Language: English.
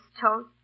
toast